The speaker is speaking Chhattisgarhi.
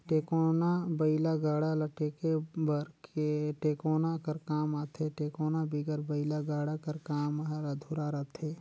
टेकोना बइला गाड़ा ल टेके बर टेकोना कर काम आथे, टेकोना बिगर बइला गाड़ा कर काम हर अधुरा रहथे